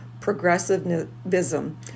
progressivism